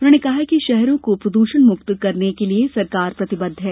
उन्होंने कहा कि शहरों को प्रद्रषणमुक्त करने सरकार प्रतिबद्ध है